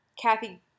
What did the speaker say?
Kathy